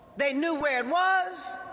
they knew where it was,